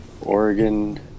Oregon